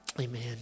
amen